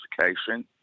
education